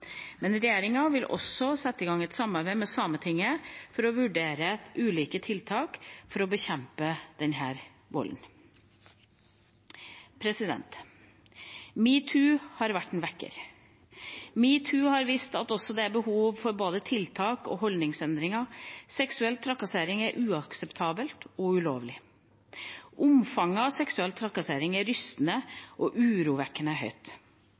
Men regjeringa vil også sette i gang et samarbeid med Sametinget for å vurdere ulike tiltak for å bekjempe denne volden. Metoo har vært en vekker. Metoo har vist oss at det er behov for både tiltak og holdningsendringer. Seksuell trakassering er uakseptabelt og ulovlig. Omfanget av seksuell trakassering er rystende og urovekkende